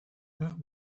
that